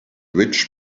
which